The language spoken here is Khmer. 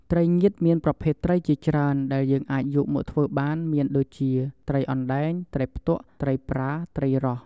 ត្រីងៀតមានប្រភេទត្រីជាច្រើនដែលយើងអាចយកមកធ្វើបានមានដូចជា ត្រីអណ្ដែង ត្រីផ្ទក់ ត្រីប្រា ត្រីរ៉ស់...។